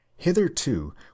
Hitherto